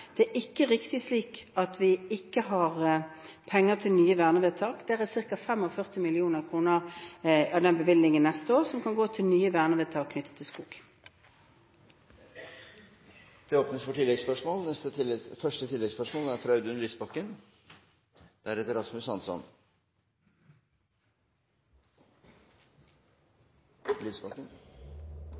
Det er ikke riktig at vi ikke har penger til nye vernevedtak. Det er ca. 45 mill. kr av bevilgningen for neste år som kan gå til nye vernevedtak knyttet til skog. Det blir oppfølgingsspørsmål – først Audun Lysbakken. Svaret på Bård Vegar Solhjells spørsmål er